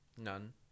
None